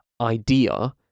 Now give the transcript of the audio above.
idea